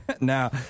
Now